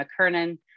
McKernan